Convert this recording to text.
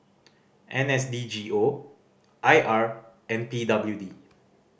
N S D G O I R and P W D